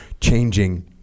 changing